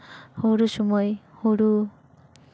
ᱦᱩᱲᱩ ᱥᱚᱢᱚᱭ ᱦᱩᱲᱩ